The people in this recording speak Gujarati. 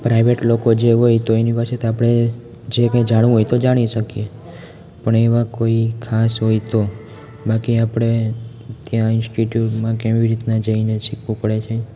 પ્રાઈવેટ લોકો જે હોય તો એની પાસેથી આપણે જે કંઈ જાણવું હોય તો જાણી શકીએ પણ એવા કોઈ ખાસ હોય તો બાકી આપણે ત્યાં ઈન્સ્ટિટ્યૂટમાં કેવી રીતના જઈને શીખવું પડે છે